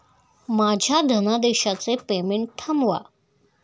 माझ्या धनादेशाचे पेमेंट थांबवा